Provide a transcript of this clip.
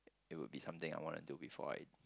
it would be sometime I want to do before I